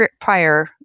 prior